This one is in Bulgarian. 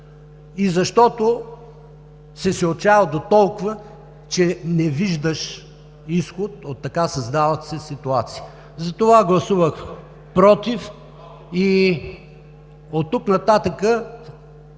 и защото си се отчаял дотолкова, че не виждаш изход от така създалата се ситуация. Затова гласувах против и оттук нататък